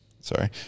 Sorry